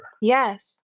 Yes